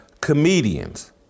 comedians